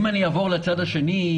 אם אעבור לצד השני,